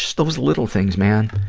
so those little things, man.